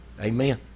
Amen